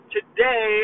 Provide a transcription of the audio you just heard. Today